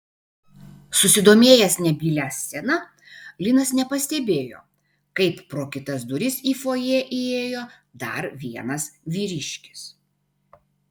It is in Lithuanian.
susidomėjęs nebylia scena linas nepastebėjo kaip pro kitas duris į fojė įėjo dar vienas vyriškis